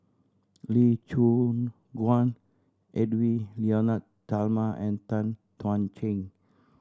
Lee Choon Guan Edwy Lyonet Talma and Tan Thuan Heng